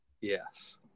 Yes